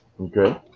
okay